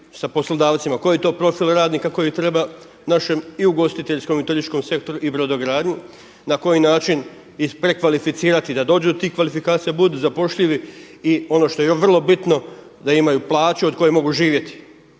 sa poslodavcima koji je to profil radnika koji treba našem i ugostiteljskom i turističkom sektoru i brodogradnji, na koji način i prekvalificirati da dođu do tih kvalifikacija, budu zapošljivi. I ono što je vrlo bitno da imaju plaće od kojih mogu živjeti.